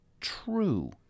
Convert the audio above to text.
true